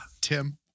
Tim